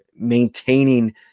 maintaining